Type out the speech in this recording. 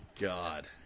God